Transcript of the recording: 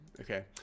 Okay